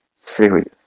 serious